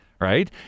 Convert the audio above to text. Right